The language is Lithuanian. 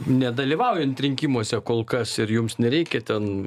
nedalyvaujant rinkimuose kol kas ir jums nereikia ten